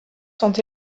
sont